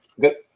good